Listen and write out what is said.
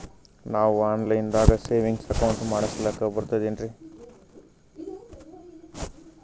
ನಾವು online ದಾಗ savings account ಮಾಡಸ್ಲಾಕ ಬರ್ತದೇನ್ರಿ?